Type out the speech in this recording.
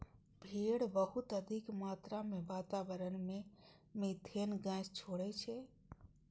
भेड़ बहुत अधिक मात्रा मे वातावरण मे मिथेन गैस छोड़ै छै